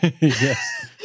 Yes